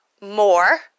more